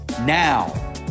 now